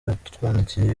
yatwandikiye